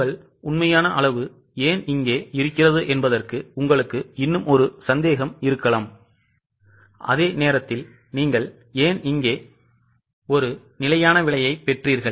உங்கள் உண்மையான அளவு ஏன் இங்கே இருக்கிறது என்பதற்கு உங்களுக்கு இன்னும் ஒரு சந்தேகம் இருக்கலாம் அதே நேரத்தில் நீங்கள் ஏன் இங்கே ஒரு நிலையான விலையைப் பெற்றீர்கள்